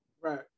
Right